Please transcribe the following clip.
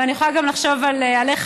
ואני יכולה לחשוב גם עליך,